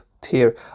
tier